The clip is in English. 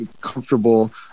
comfortable